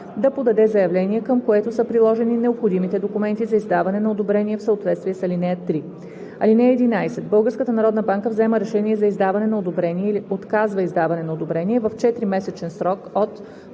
да подаде заявление, към което са приложени необходимите документи, за издаване на одобрение в съответствие с ал. 3. (11) Българската народна банка взема решение за издаване на одобрение или отказва издаване на одобрение в 4-месечен срок от